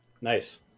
nice